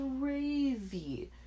crazy